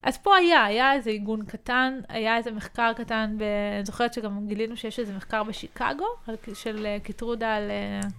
אז פה היה, היה איזה איגון קטן, היה איזה מחקר קטן, זוכרת שגם גילינו שיש איזה מחקר בשיקגו, של קיטרודה על...